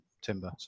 Timber